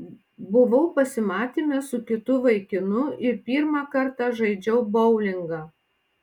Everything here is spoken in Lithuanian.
buvau pasimatyme su kitu vaikinu ir pirmą kartą žaidžiau boulingą